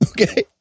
Okay